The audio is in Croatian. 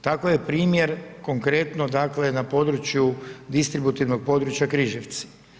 Tako je primjer konkretno dakle na području distributivnog područja Križevci.